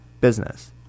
business